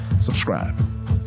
subscribe